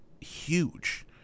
huge